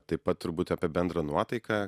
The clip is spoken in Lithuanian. taip pat turbūt apie bendrą nuotaiką